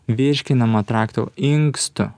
virškinamo trakto inkstų